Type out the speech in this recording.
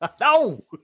No